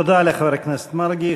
תודה לחבר הכנסת מרגי.